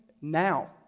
now